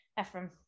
Ephraim